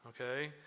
Okay